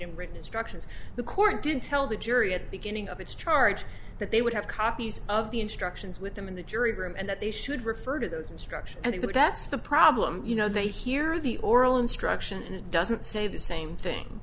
verbatim written instructions the court didn't tell the jury at the beginning of its charge that they would have copies of the instructions with them in the jury room and that they should refer to those instructions and they would that's the problem you know they hear the oral instruction and it doesn't say the same thing